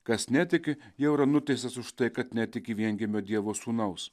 kas netiki jau yra nuteistas už tai kad netiki viengimio dievo sūnaus